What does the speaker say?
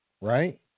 right